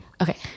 Okay